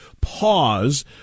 pause